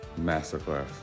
masterclass